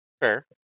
Fair